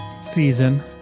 season